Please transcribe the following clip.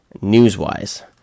news-wise